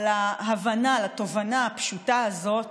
על ההבנה, על התובנה הפשוטה הזאת